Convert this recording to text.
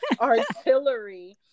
artillery